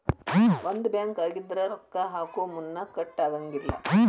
ಒಂದ ಬ್ಯಾಂಕ್ ಆಗಿದ್ರ ರೊಕ್ಕಾ ಹಾಕೊಮುನ್ದಾ ಕಟ್ ಆಗಂಗಿಲ್ಲಾ